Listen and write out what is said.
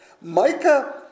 Micah